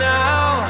now